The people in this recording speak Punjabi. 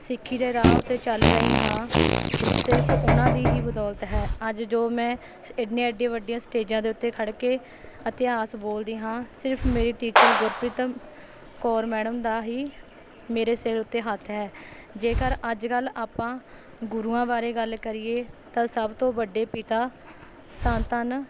ਸਿੱਖੀ ਦੇ ਰਾਹ ਉਤੇ ਚੱਲ ਰਹੀ ਹਾਂ ਸਿਰਫ਼ ਉਹਨਾਂ ਦੀ ਹੀ ਬਦੌਲਤ ਹੈ ਅੱਜ ਜੋ ਮੈਂ ਇੰਨੇ ਐਡੀ ਵੱਡੀਆਂ ਸਟੇਜਾਂ ਦੇ ਉੱਤੇ ਖੜ੍ਹ ਕੇ ਇਤਿਹਾਸ ਬੋਲਦੀ ਹਾਂ ਸਿਰਫ਼ ਮੇਰੀ ਟੀਚਰ ਗੁਰਪ੍ਰੀਤ ਕੌਰ ਮੈਡਮ ਦਾ ਹੀ ਮੇਰੇ ਸਿਰ ਉੱਤੇ ਹੱਥ ਹੈ ਜੇਕਰ ਅੱਜ ਕੱਲ੍ਹ ਆਪਾਂ ਗੁਰੂਆਂ ਬਾਰੇ ਗੱਲ ਕਰੀਏ ਤਾਂ ਸਭ ਤੋਂ ਵੱਡੇ ਪਿਤਾ ਧੰਨ ਧੰਨ